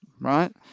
right